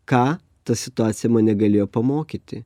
ką ta situacija mane galėjo pamokyti